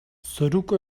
zoruko